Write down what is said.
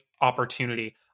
opportunity